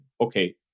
okay